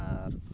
ᱟᱨ